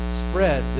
spread